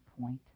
point